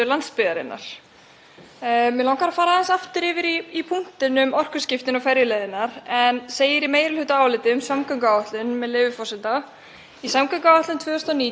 „Í samgönguáætlun 2019–2033 er lögð áhersla á að styðja við umhverfisvænar samgöngur með því að tengja skip rafmagni í höfnum og að allar nýjar ferjur verði knúnar umhverfisvænum orkugjöfum.